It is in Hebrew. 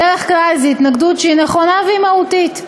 בדרך כלל זאת התנגדות נכונה והיא מהותית.